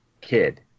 kid